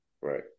Right